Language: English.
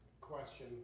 question